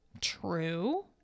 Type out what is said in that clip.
True